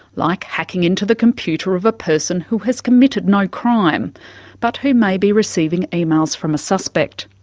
like hacking into the computer of a person who has committed no crime but who may be receiving emails from a suspect.